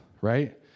right